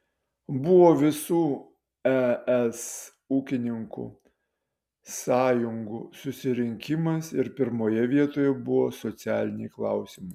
buvo visų es ūkininkų sąjungų susirinkimas ir pirmoje vietoje buvo socialiniai klausimai